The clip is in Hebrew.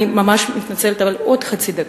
אני ממש מתנצלת, אבל עוד חצי דקה.